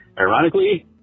Ironically